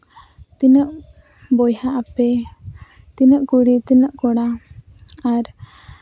ᱛᱤᱱᱟᱹᱜ ᱵᱚᱭᱦᱟᱜ ᱟᱯᱮ ᱛᱤᱱᱟᱹᱜ ᱠᱩᱲᱤ ᱛᱤᱱᱟᱹᱜ ᱠᱚᱲᱟ ᱟᱨ